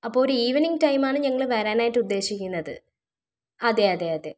അപ്പോൾ ഒരു ഈവെനിംഗ് ടൈമാണ് ഞങ്ങൾ വരാനായിട്ട് ഉദ്ദേശിക്കുന്നത് അതെ അതെ അതെ